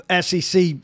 SEC